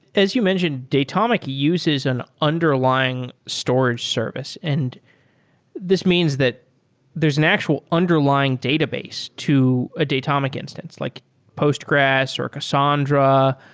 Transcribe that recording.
as you mentioned, datomic uses an underlying storage service and this means that there's an actual underlying database to a datomic instance, like postgres, or cassandra,